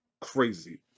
crazy